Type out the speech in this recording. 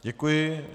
Děkuji.